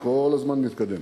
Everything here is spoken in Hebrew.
היא כל הזמן מתקדמת,